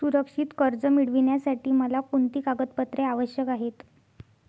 सुरक्षित कर्ज मिळविण्यासाठी मला कोणती कागदपत्रे आवश्यक आहेत